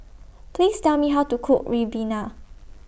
Please Tell Me How to Cook Ribena